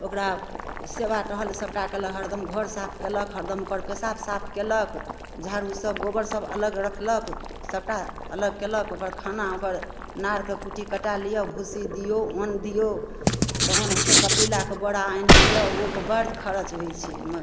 ओकरा सेबा टहल सबटा कयलक हरदम घर साफ कयलक हरदम ओकर पेशाब साफ कयलक झाड़ू सब गोबर सब अलग रखलक सबटा अलग कयलक ओकर खाना ओकर नारके कुट्टी काटि लिअ भूसी दियौ अन्न दियौ तहन हैय छै कपिलाके बोरा आनि लिअ ओइपर बड़ खर्च होइ छै